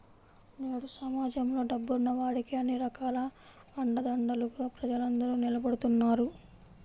నేడు సమాజంలో డబ్బున్న వాడికే అన్ని రకాల అండదండలుగా ప్రజలందరూ నిలబడుతున్నారు